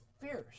Fierce